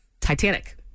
Titanic